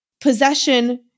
possession